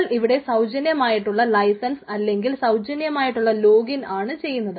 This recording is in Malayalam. നമ്മൾ ഇവിടെ സൌജന്യമായിട്ടുള്ള ലൈസൻസ് അല്ലെങ്കിൽ സൌജന്യമായിട്ടുള്ള ലോഗിൻ ആണ് ചെയ്യുന്നത്